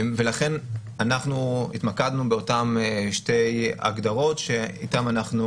ולכן התמקדנו באותן שתי הגדרות שאיתן אנחנו